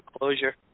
closure